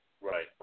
Right